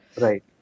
Right